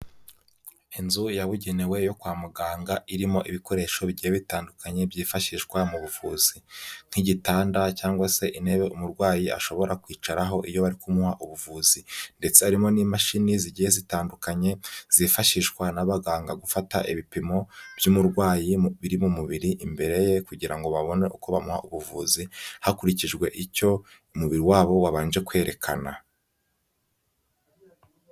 Inzu yabugenewe yo kwa muganga irimo ibikoresho bigiye bitandukanye byifashishwa mu buvuzi. Nk'igitanda cyangwag se intebe umurwayi ashobora kwicaraho iyo barikumuha ubuvuzi. Ndetse harimo n'imashini zigiye zitandukanye zifashishwa n'abaganga gufata ibipimo by'umurwayi biri mu mubiri imbere ye kugira ngo babone uko bamuha ubuvuzi hakurikijwe icyo umubiri wabo wabanje kwerekana.